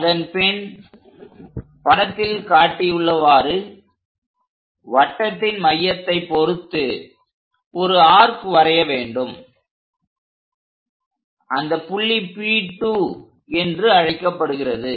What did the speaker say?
அதன்பின் படத்தில் காட்டியுள்ளவாறு வட்டத்தின் மையத்தை பொறுத்து ஒரு ஆர்க் வரைய வேண்டும் அந்த புள்ளி P2 என்று அழைக்கப்படுகிறது